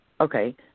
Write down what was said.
Okay